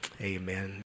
Amen